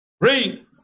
Read